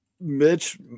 Mitch